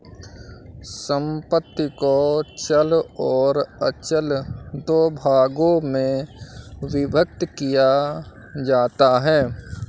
संपत्ति को चल और अचल दो भागों में विभक्त किया जाता है